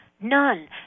None